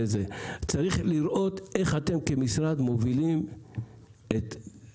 צריך לראות איך אתם כמשרד מובילים ומעצימים.